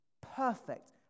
perfect